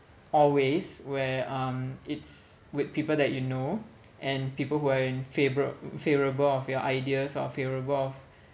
always where um it's with people that you know and people who are in favour~ favourable of your ideas or favourable of